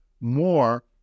more